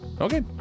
Okay